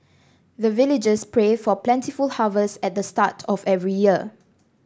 the villagers pray for plentiful harvest at the start of every year